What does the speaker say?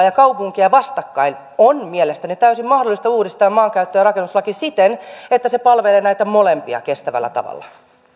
ja kaupunkia vastakkain on mielestäni täysin mahdollista uudistaa maankäyttö ja rakennuslaki siten että se palvelee näitä molempia kestävällä tavalla